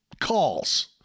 calls